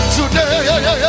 Today